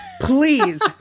Please